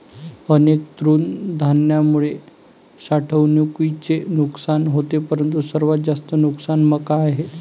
अनेक तृणधान्यांमुळे साठवणुकीचे नुकसान होते परंतु सर्वात जास्त नुकसान मका आहे